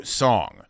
song